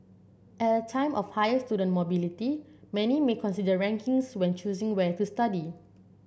at a time of higher student mobility many may consider rankings when choosing where to study